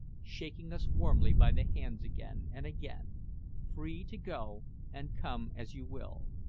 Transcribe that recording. shaking us warmly by the hands again and again free to go and come as you will.